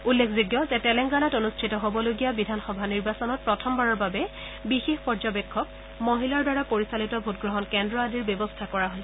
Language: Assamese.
উল্লেখযোগ্য যে তেলেংগানাত অনুষ্ঠিত হ'বলগীয়া বিধানসভা নিৰ্বাচনত প্ৰথমবাৰৰ বাবে বিশেষ পৰ্যবেক্ষক মহিলাৰ দ্বাৰা পৰিচালিত ভোটগ্ৰহণ কেন্দ্ৰ আদিৰ ব্যৱস্থা কৰা হৈছে